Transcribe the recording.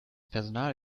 personal